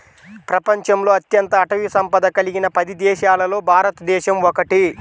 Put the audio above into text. ప్రపంచంలో అత్యంత అటవీ సంపద కలిగిన పది దేశాలలో భారతదేశం ఒకటి